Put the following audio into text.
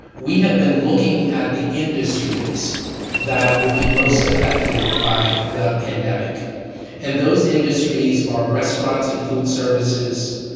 we have been looking at the industries that will be most affected by the pandemic and those industries are risk grants and food services,